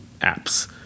apps